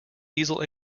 diesel